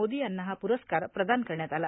मोदी यांना हा पुरस्कार प्रदान करण्यात आला